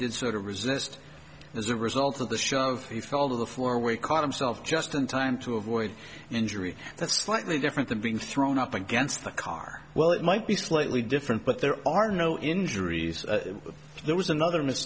did sort of resist as a result of the shove he fell to the floor way caught himself just in time to avoid injury that's slightly different than being thrown up against the car well it might be slightly different but there are no injuries there was another miss